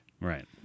Right